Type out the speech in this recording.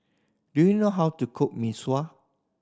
do you know how to cook Mee Sua